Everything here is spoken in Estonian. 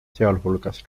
sealhulgas